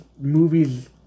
movies